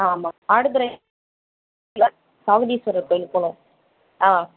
ஆமாம் ஆடுதுறை சாமுண்டீஸ்வரர் கோவிலுக்கு போகணும் ஆ